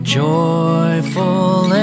joyful